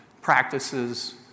practices